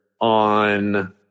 on